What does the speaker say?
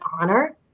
honor